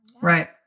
Right